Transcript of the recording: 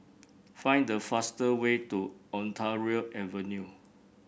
find the fastest way to Ontario Avenue